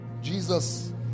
Jesus